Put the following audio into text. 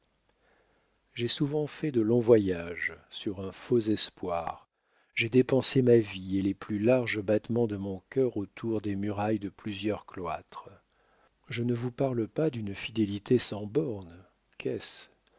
j'ai souvent fait de longs voyages sur un faux espoir j'ai dépensé ma vie et les plus larges battements de mon cœur autour des murailles noires de plusieurs cloîtres je ne vous parle pas d'une fidélité sans bornes qu'est-ce